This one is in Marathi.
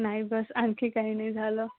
नाही बस आणखी काही नाही झालं